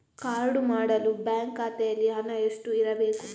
Card ಮಾಡಲು bank ಖಾತೆಯಲ್ಲಿ ಹಣ ಎಷ್ಟು ಇರಬೇಕು?